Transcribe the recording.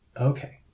okay